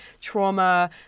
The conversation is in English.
trauma